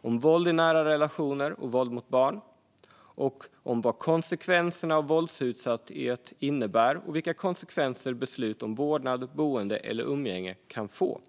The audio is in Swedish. våld i nära relationer och våld mot barn, vad konsekvenserna av våldsutsatthet innebär och vilka konsekvenser beslut om vårdnad, boende eller umgänge kan få.